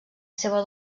seva